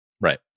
Right